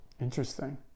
interesting